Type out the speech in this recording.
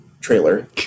Trailer